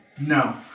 No